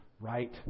right